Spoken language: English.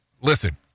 Listen